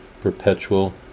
perpetual